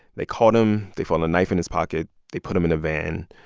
they caught him. they found a knife in his pocket. they put him in a van.